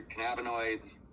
cannabinoids